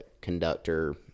conductor